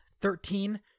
Thirteen